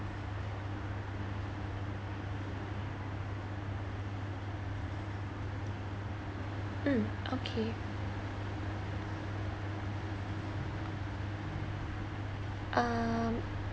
mm okay um